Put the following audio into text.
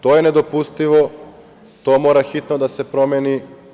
To je nedopustivo i mora hitno da se promeni.